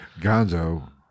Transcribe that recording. Gonzo